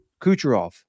Kucherov